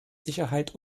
sicherheit